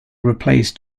replace